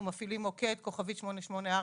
אנחנו מפעילים מוקד, 8440*,